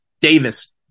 Davis